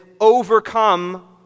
overcome